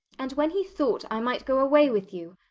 and when he thought i might go away with you,